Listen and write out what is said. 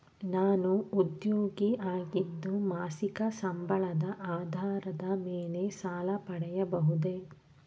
ನಾನು ಉದ್ಯೋಗಿ ಆಗಿದ್ದು ಮಾಸಿಕ ಸಂಬಳದ ಆಧಾರದ ಮೇಲೆ ಸಾಲ ಪಡೆಯಬಹುದೇ?